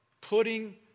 Putting